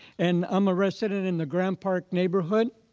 and i'm a resident in the grant park neighborhood,